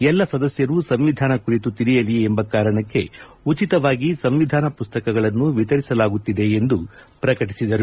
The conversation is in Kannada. ಎಲ್ಲಾ ಸದಸ್ನರು ಸಂವಿಧಾನ ಕುರಿತು ತಿಳಿಯಲಿ ಎಂಬ ಕಾರಣಕ್ಕೆ ಉಚಿತವಾಗಿ ಸಂವಿಧಾನ ಮಸ್ತಕಗಳನ್ನು ವಿತರಿಸಲಾಗುತ್ತಿದೆ ಎಂದು ಪ್ರಕಟಿಸಿದರು